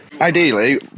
ideally